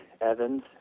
Evans